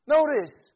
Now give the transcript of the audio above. Notice